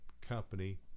company